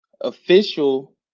official